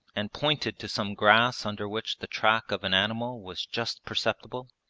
and pointed to some grass under which the track of an animal was just perceptible.